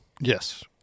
Yes